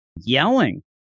yelling